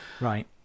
Right